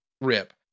rip